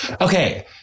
Okay